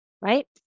Right